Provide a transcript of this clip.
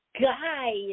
guys